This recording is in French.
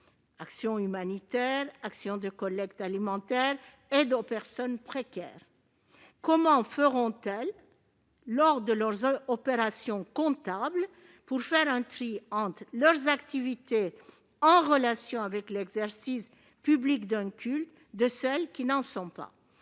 actions humanitaires, collectes alimentaires, aide aux personnes précaires ... Comment feront-elles, lors de leurs opérations comptables, pour faire le départ entre leurs activités en relation avec l'exercice public d'un culte et celles qui n'en sont pas ?